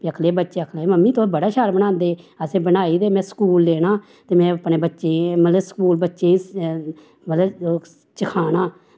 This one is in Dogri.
फ्ही आखन लगे बच्चे बी आखन लगे मम्मी तुस बड़ा शैल बनांदे उसें बनाई दे में स्कूल लेना में अपनें बच्चेंई मतलव स्कूल बच्चेंई मतलव चखाना